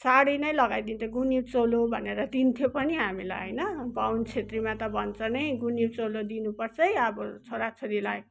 साडी नै लगाइदिन्थ्यो गुनिउँ चोलो भनेर दिन्थ्यो पनि हामीलाई होइन बाहुन छेत्रीमा त भन्छ नै गुनिउँ चोलो दिनु पर्छ है अब छोरा छोरीलाई